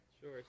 Sure